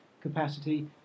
capacity